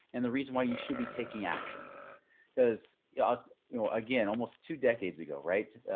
and the reason why you should be taking action because yeah but you know again, almost two decades ago, right?